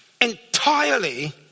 entirely